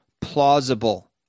plausible